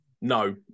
No